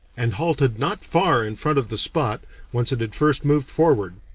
and halted not far in front of the spot whence it had first moved forward.